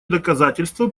доказательство